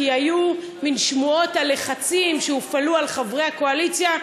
כי היו מין שמועות על לחצים שהופעלו על חברי הקואליציה.